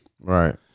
Right